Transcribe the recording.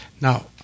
Now